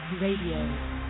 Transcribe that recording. Radio